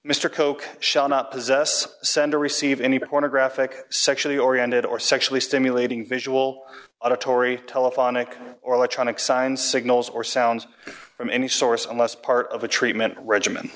mr coke shall not possess send or receive any pornographic sexually oriented or sexually stimulating visual auditory telephonic or electronic signs signals or sound from any source unless part of a treatment regimen